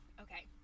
Okay